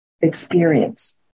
experience